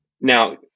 Now